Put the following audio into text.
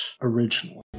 originally